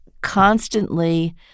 constantly